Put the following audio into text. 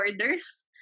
orders